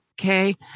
Okay